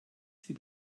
sie